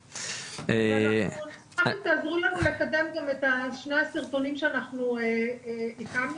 אנחנו נשמח אם אתם תעזרו לנו לקדם גם את שני הסרטונים שאנחנו הקמנו,